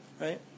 Right